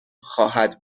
خواهد